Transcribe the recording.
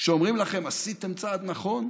שאומרים לכם שעשיתם צעד נכון,